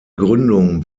gründung